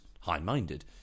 high-minded